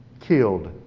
killed